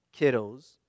Kiddos